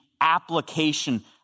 application